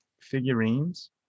figurines